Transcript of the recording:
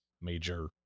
major